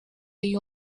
you